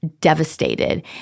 devastated